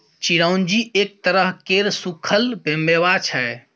चिरौंजी एक तरह केर सुक्खल मेबा छै